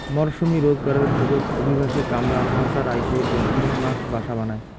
মরসুমী রোজগারের খোঁজত অভিবাসী কামলা সংসার আইসে ও তিন মাস বাসা বানায়